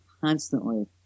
constantly